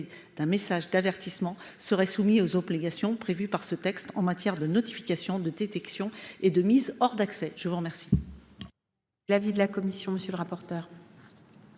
d’un message d’avertissement seraient soumis aux obligations prévues par ce texte en matière de notification, de détection et de mise hors d’accès. Quel